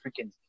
freaking